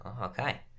Okay